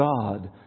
God